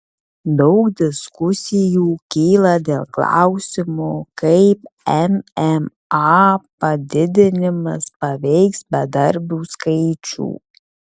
daug diskusijų kyla dėl klausimo kaip mma padidinimas paveiks bedarbių skaičių